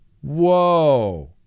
whoa